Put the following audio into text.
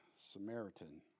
Samaritan